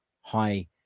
high